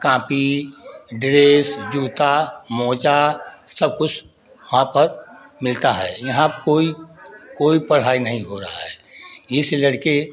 copy dress जूता मोजा सब कुछ वहाँ पर मिलता है यहाँ कोई कोई पढ़ाई नहीं हो रहा है इस लड़के